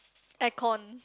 air con